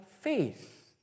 faith